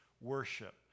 worship